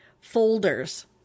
folders